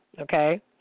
Okay